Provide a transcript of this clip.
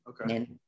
Okay